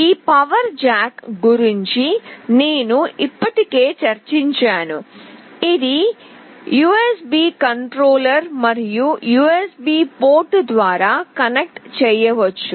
ఈ power jack గురించి నేను ఇప్పటికే చర్చించాను ఇది యుఎస్బి కంట్రోలర్ మరియు యుఎస్బి పోర్ట్ ద్వారా కనెక్ట్ చేయవచ్చు